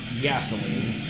gasoline